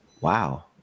Wow